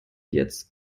jetzt